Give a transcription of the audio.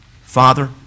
Father